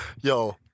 Yo